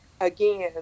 again